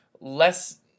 less